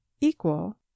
equal